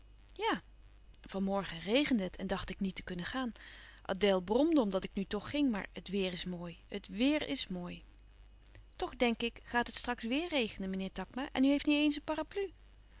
van morgen regende het en dacht ik niet te kunnen gaan adèle bromde omdat ik nu toch ging maar het weêr is mooi het weêr is mooi toch denk ik gaat het straks weêr regenen meneer takma en u heeft niet eens een parapluie